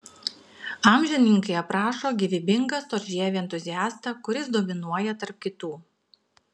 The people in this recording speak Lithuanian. amžininkai aprašo gyvybingą storžievį entuziastą kuris dominuoja tarp kitų